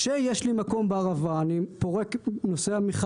כשיש לי מקום בערבה אני נוסע מחיפה,